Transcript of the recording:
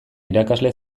irakasle